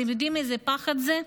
אתם יודעים איזה פחד זה?